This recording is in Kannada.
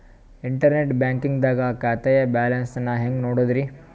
ಇಂಟರ್ನೆಟ್ ಬ್ಯಾಂಕಿಂಗ್ ದಾಗ ಖಾತೆಯ ಬ್ಯಾಲೆನ್ಸ್ ನ ಹೆಂಗ್ ನೋಡುದ್ರಿ?